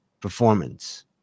performance